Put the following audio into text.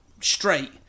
straight